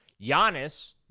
Giannis